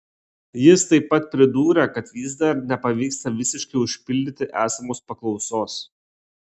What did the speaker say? jis taip pat pridūrė kad vis dar nepavyksta visiškai užpildyti esamos paklausos